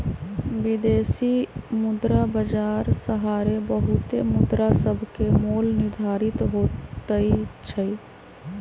विदेशी मुद्रा बाजार सहारे बहुते मुद्रासभके मोल निर्धारित होतइ छइ